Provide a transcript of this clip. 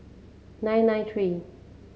nine nine three